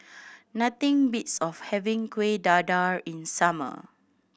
nothing beats of having Kuih Dadar in summer